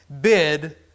bid